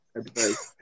advice